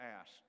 asked